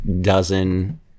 dozen